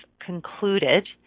concluded